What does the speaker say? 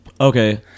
Okay